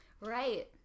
Right